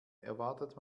erwartet